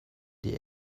die